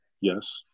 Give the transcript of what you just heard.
Yes